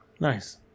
Nice